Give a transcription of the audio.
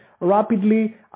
rapidly